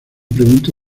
pregunta